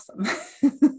awesome